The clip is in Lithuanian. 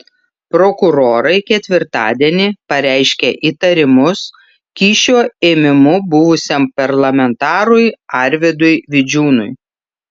prokurorai ketvirtadienį pareiškė įtarimus kyšio ėmimu buvusiam parlamentarui arvydui vidžiūnui